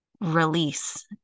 release